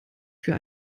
für